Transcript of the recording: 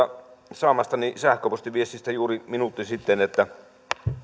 saamastani sähköpostiviestistä juuri minuutti sitten että